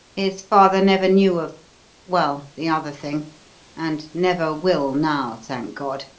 his father never knew of well, the other thing and never will now, thank god.